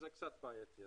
זה קצת בעייתי.